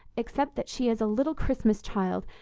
except that she is a little christmas child,